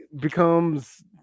becomes